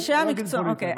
אני אגיד לך ככה,